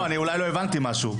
לא, אני אולי לא הבנתי משהו.